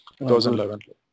2011